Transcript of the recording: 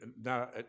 now